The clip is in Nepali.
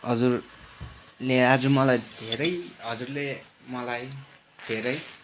हजुरले आज मलाई धेरै हजुरले मलाई धेरै